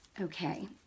Okay